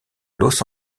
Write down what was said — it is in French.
los